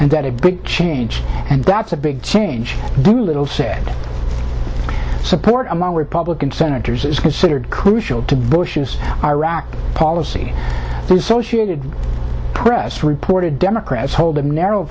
and that a big change and that's a big change the little say support among republican senators is considered crucial to bush's iraq policy so should press reported democrats hold a narrow